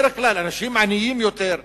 אנשים עניים יותר,